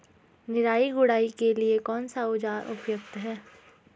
निराई गुड़ाई के लिए कौन सा औज़ार उपयुक्त है?